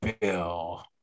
Bill